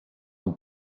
amb